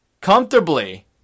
comfortably